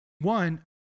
one